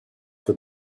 het